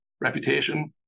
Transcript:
reputation